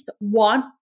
one